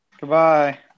Goodbye